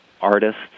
artists